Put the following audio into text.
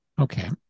okay